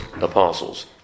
apostles